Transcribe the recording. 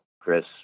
Chris